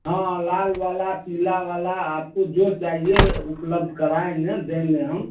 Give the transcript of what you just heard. हाँ लाल वाला पीला वाला आपको जो चाहिए उपलब्ध कराएँगे देंगे हम